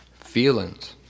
Feelings